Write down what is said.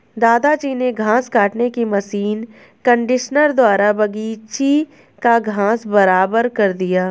दादाजी ने घास काटने की मशीन कंडीशनर द्वारा बगीची का घास बराबर कर दिया